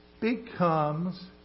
Becomes